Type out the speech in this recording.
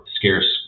scarce